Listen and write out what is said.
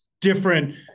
different